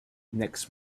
next